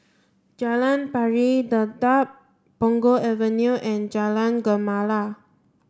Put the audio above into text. Jalan Pari Dedap Punggol Avenue and Jalan Gemala